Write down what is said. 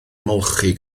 ymolchi